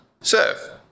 serve